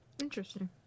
interesting